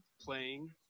playing